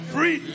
Free